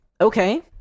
Okay